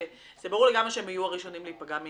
שזה ברור לגמרי שיהיו הראשונים להיפגע.